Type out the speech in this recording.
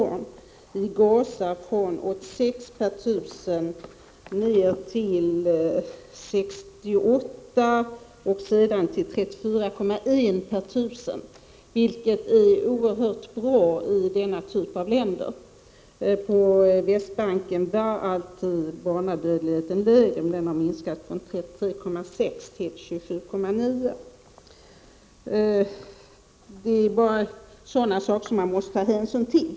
I Gaza minskade barnadödligheten från 86 per 1000 barn till 68. Sedan har det skett ytterligare en minskning till 34,1, vilket är oerhört bra för dessa länder. På Västbanken har barnadödligheten alltid varit lägre. Men även där har den minskat, från 33,6 till 27,9 per 1000 barn. Sådana saker måste man ta hänsyn till.